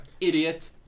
Idiot